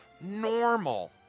normal